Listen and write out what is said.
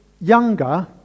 younger